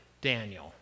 Daniel